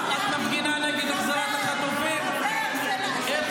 --- אתה חבר של חמאס --- את מפגינה נגד החזרת החטופים?